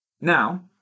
Now